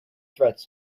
threats